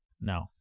No